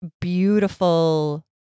beautiful